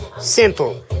simple